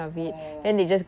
oh